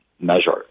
measure